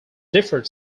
differed